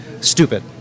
stupid